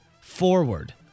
forward